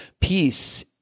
peace